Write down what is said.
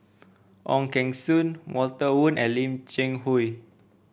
Ong Keng Sen Walter Woon and Lim Cheng Hoe